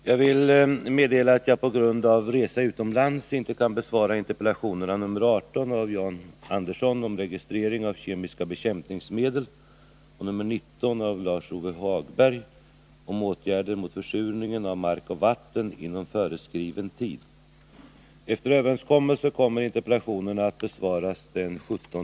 Herr talman! Jag vill meddela att jag på grund av resa utomlands inte inom föreskriven tid kan besvara interpellationerna 18 av John Andersson om registreringen av kemiska bekämpningsmedel och 19 av Lars-Ove Hagberg om åtgärder mot försurning av mark och vatten.